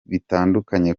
bitandukanye